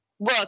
Look